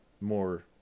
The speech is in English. more